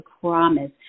promise